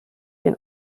can